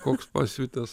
koks pasiutęs